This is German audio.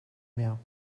mehr